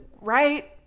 right